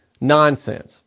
nonsense